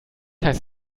heißt